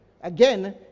Again